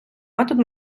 метод